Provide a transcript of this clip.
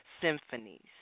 symphonies